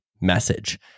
message